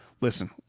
Listen